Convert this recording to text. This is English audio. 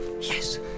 Yes